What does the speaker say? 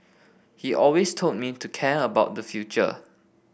he always told me to care about the future